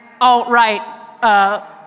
alt-right